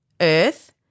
Earth